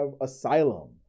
Asylum